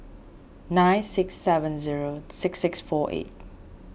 nine six seven zero six six four eight